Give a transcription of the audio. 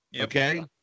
Okay